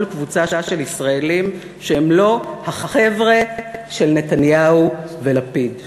קבוצה של ישראלים שהם לא החבר'ה של נתניהו ולפיד.